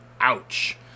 Ouch